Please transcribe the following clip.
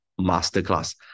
masterclass